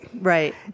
Right